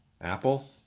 apple